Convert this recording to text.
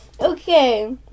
Okay